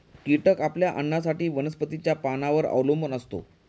कीटक आपल्या अन्नासाठी वनस्पतींच्या पानांवर अवलंबून असतो